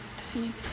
See